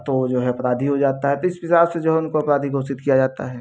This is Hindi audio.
तो जो है अपराधी हो जाता है त इस पेशाब से जो है उनको अपराधी घोषित किया जाता है